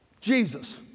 Jesus